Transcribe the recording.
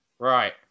Right